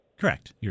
correct